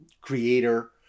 creator